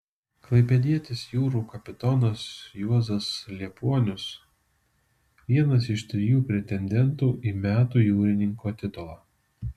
klaipėdietis jūrų kapitonas juozas liepuonius vienas iš trijų pretendentų į metų jūrininko titulą